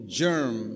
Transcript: germ